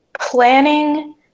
planning